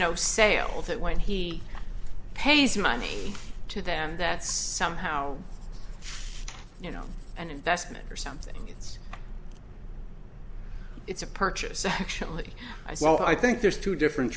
no sale that when he pays money to them that's somehow you know an investment or something it's it's a purchase actually i so i think there's two different